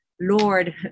lord